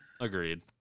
Agreed